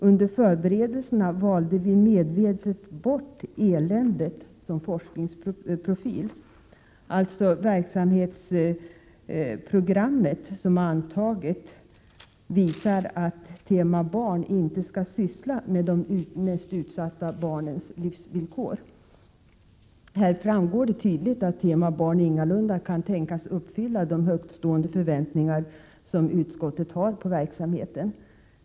Under förberedelserna valde vi medvetet bort ”eländet” som forskningsprofil.” Alltså: det verksamhetsprogram som antagits visar att ”tema Barn” inte skall syssla med de mest utsatta barnens livsvillkor. Här framgår tydligt att ”tema Barn” ingalunda kan tänkas infria de stora förväntningar som utskottet har på verksamheten.